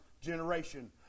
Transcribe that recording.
generation